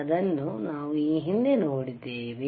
ಆದನ್ನು ನಾವು ಈ ಹಿಂದೆ ನೋಡಿದ್ದೇವೆ